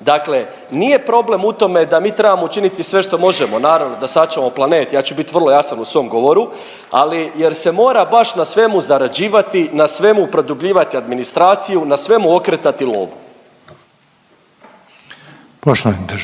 Dakle, nije problem u tome da mi trebamo učiniti sve što možemo, naravno da sačuvamo planet, ja ću biti vrlo jasan u svom govoru, ali jer se mora baš na svemu zarađivati, na svemu produbljivati administraciju, na svemu okretati lovu. **Reiner,